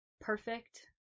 perfect